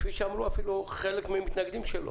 כפי שאמרו אפילו חלק מהמתנגדים שלו,